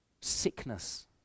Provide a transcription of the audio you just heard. Sickness